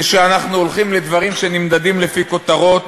שאנחנו הולכים לדברים שנמדדים לפי כותרות,